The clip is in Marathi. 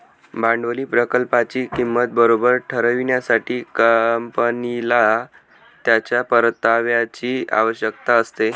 भांडवली प्रकल्पाची किंमत बरोबर ठरविण्यासाठी, कंपनीला त्याच्या परताव्याची आवश्यकता असते